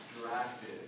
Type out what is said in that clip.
distracted